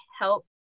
help